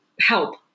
Help